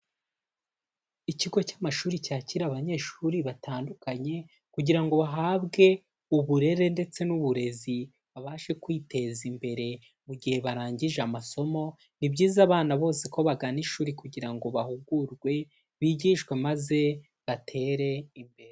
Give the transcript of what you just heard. Ikigo cy'amashuri cyakira abanyeshuri batandukanye, kugira ngo bahabwe uburere ndetse n'uburezi, babashe kwiteza imbere mu gihe barangije amasomo. Ni byiza abana bose ko bagana ishuri kugira ngo bahugurwe, bigishwe maze batere imbere.